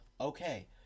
Okay